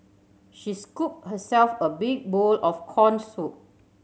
she scooped herself a big bowl of corn soup